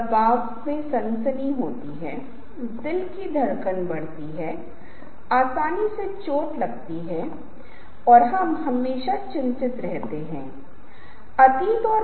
तो वहाँ हो सकता है जैसा कि मैंने आपको बताया है चीजों की एक विस्तृत श्रृंखला लेकिन हम यहाँ पर एक विराम लेते हैं और हम कुछ और करते हैं जो दृश्य प्रतिनिधित्व या प्रस्तुति है